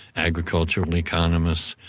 agricultural economists,